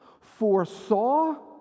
foresaw